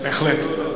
בהחלט.